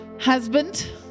husband